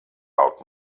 laut